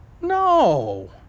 No